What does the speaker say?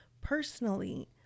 personally